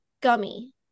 gummy